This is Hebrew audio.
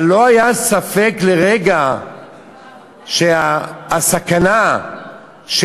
אבל לא היה ספק לרגע שהסכנה של